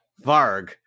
Varg